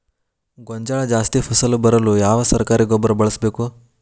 ಗೋಂಜಾಳ ಜಾಸ್ತಿ ಫಸಲು ಬರಲು ಯಾವ ಸರಕಾರಿ ಗೊಬ್ಬರ ಬಳಸಬೇಕು?